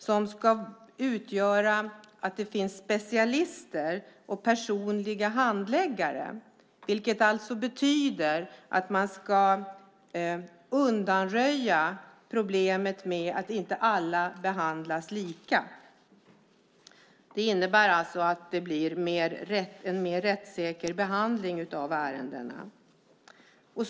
Där ska finnas specialister och personliga handläggare, vilket betyder att man ska undanröja problemet med att inte alla behandlas lika. Det innebär alltså att det blir en mer rättssäker behandling av ärendena.